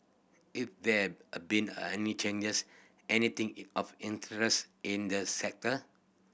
if there a been any changes anything of interest in the sector